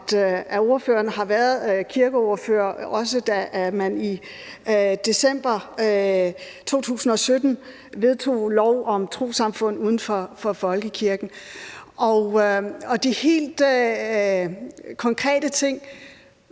at ordføreren har været kirkeordfører, også da man i december 2017 vedtog lov om trossamfund uden for folkekirken. Og de helt konkrete ting